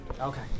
Okay